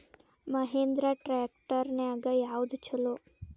Mahindra tractor ನ್ಯಾಗ ಯಾವ್ದ ಛಲೋ?